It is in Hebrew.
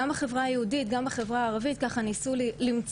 פחות הבנה שהיום זה יכול לקרות לכל אחת.